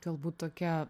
galbūt tokia